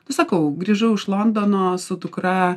sakau grįžau iš londono su dukra